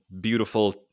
beautiful